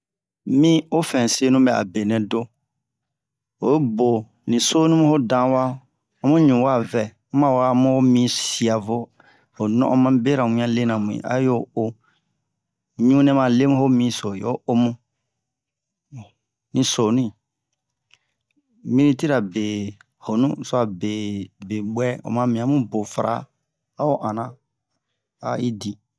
mi ofɛn senu ɓɛ a benɛ do oyi bo ni sonu ho dan wa a mu ɲu wa vɛ muma we a mu ho mi siya vo ho non'on mamu bera wiɲan lena mu'in a yo'o ɲu nɛ ma leho minso yo o mu ni sonu minitira be-honu suwa be- be-ɓuwɛ oma mi a mu bo fara a o anna a i di